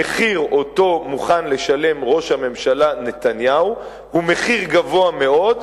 המחיר שמוכן לשלם ראש הממשלה נתניהו הוא מחיר גבוה מאוד,